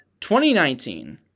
2019